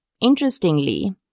interestingly